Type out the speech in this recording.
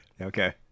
Okay